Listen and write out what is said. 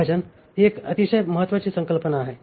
विभाजन ही एक अतिशय महत्वाची संकल्पना आहे